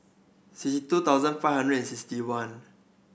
sixty two thousand five hundred sixty one